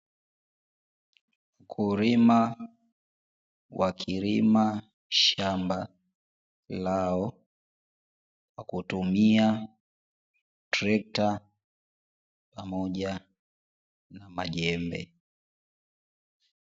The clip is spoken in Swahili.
Wakulima wakilima shamba lao kwa kutumia trekta pamoja na majembe.